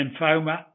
lymphoma